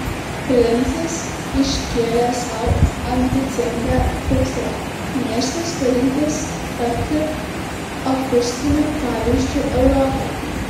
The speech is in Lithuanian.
lincas iškėlė sau ambicingą tikslą miestas turintis tapti akustiniu pavyzdžiu europai